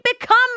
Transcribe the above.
become –